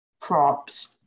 props